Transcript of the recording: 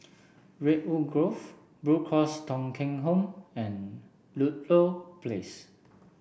Redwood Grove Blue Cross Thong Kheng Home and Ludlow Place